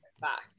back